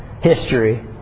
history